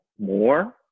more